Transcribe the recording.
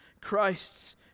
Christ's